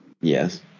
yes